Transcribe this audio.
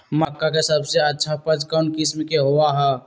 मक्का के सबसे अच्छा उपज कौन किस्म के होअ ह?